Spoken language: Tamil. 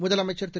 முதலமைச்சர் திரு